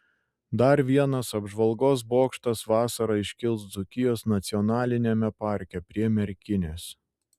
dar vienas apžvalgos bokštas vasarą iškils dzūkijos nacionaliniame parke prie merkinės